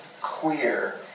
clear